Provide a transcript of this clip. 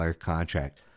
contract